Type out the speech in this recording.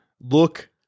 look